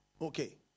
Okay